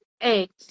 eggs